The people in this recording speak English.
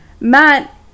Matt